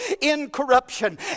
incorruption